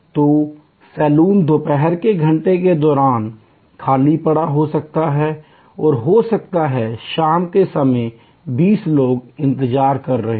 तो सैलून दोपहर के घंटों के दौरान खाली पड़ा हो सकता है और हो सकता है शाम के समय 20 लोग इंतजार कर रहे हैं